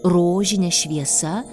rožine šviesa